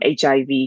HIV